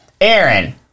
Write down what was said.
Aaron